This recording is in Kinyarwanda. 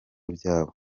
byabo